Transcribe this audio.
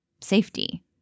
safety